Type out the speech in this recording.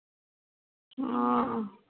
ᱚ